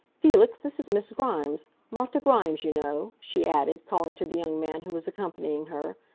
felix, this is miss grimes martha grimes, you know, she added, calling to the young man who was accompanying her.